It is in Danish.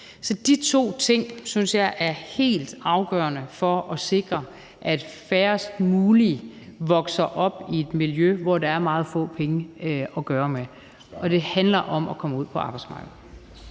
De to ting synes jeg er helt afgørende for at sikre, at færrest mulige vokser op i et miljø, hvor der er meget få penge at gøre med. Det handler om at komme ud på arbejdsmarkedet.